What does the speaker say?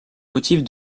motifs